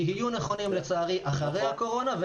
יהיו נכונים לצערי אחרי הקורונה,